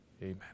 Amen